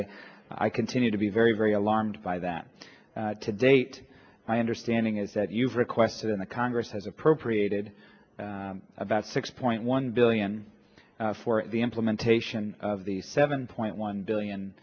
i i continue to be very very alarmed by that to date my understanding is that you've requested in the congress has appropriated about six point one billion for the implementation of the seven point one billion